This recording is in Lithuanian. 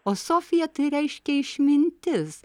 o sofija tai reiškia išmintis